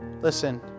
listen